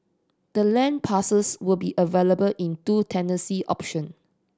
the land parcels will be available in two tenancy option